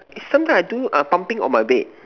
sometime I do err pumping on my bed